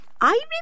I